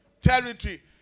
territory